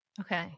Okay